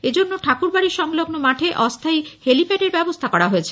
এজন্য ঠাকুরবাড়ি সংলগ্ন মাঠে অস্থায়ী হেলিপ্যাডের ব্যবস্থা করা হয়েছে